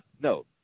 no